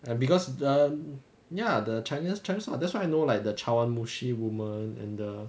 um because the ya the chinese one that's why I know like the chawanmushi women and the